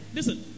Listen